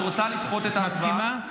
את רוצה לדחות את ההצבעה?